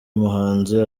muhanzi